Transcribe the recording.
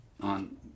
on